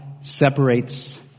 separates